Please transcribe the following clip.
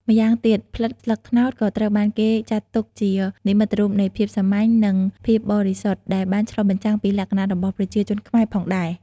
ម្យ៉ាងទៀត ផ្លិតស្លឹកត្នោតក៏ត្រូវបានគេចាត់ទុកជា និមិត្តរូបនៃភាពសាមញ្ញ និងភាពបរិសុទ្ធ ដែលបានឆ្លុះបញ្ចាំងពីលក្ខណៈរបស់ប្រជាជនខ្មែរផងដែរ។